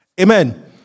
Amen